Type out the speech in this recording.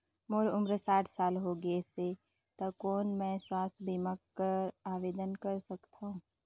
मोर उम्र साठ साल हो गे से त कौन मैं स्वास्थ बीमा बर आवेदन कर सकथव?